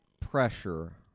pressure